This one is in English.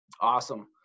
Awesome